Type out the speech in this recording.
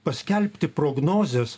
paskelbti prognozes